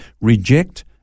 Reject